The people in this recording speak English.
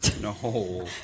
No